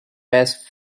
best